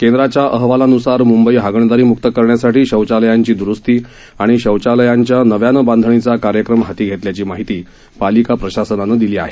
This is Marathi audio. केंद्राच्या अहवालान्सार म्ंबई हागणदारी म्क्त करण्यासाठी शौचालयांची दुरुस्ती आणि शौचालयांच्या नव्यानं बांधणीचा कार्यक्रन हाती घेतल्याची माहिती पालिका प्रशासनानं दिली आहे